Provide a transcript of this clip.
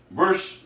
verse